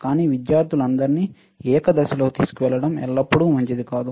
కానీ విద్యార్థులందరినీ ఏక దిశలో తీసుకెళ్లడం ఎల్లప్పుడూ మంచిది కాదు